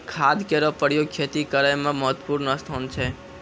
खाद केरो प्रयोग खेती करै म महत्त्वपूर्ण स्थान छै